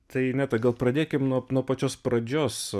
tai ineta gal pradėkim nuo nuo pačios pradžios